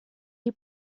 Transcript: die